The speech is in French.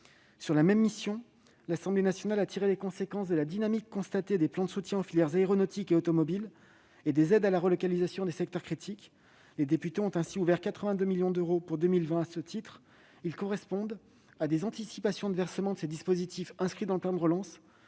de la même mission, l'Assemblée nationale a tiré les conséquences de la dynamique constatée des plans de soutien aux filières aéronautique et automobile et des aides à la relocalisation des secteurs critiques. Les députés ont ouvert 82 millions d'euros pour 2020 à ce titre. Ces fonds correspondent à des anticipations de versements au titre de ces dispositifs, inscrits dans le plan de relance,